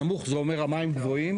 נמוך זה אומר המים גבוהים,